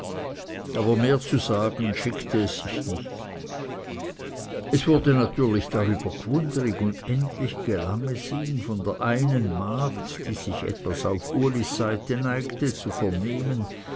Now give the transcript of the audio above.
aber mehr zu sagen schickte es sich nicht es wurde natürlich darüber gwunderig und endlich gelang es ihm von der einen magd die sich etwas auf ulis seite neigte zu vernehmen